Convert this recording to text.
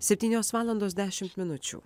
septynios valandos dešimt minučių